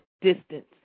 distance